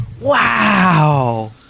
Wow